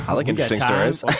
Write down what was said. ah like interesting stories.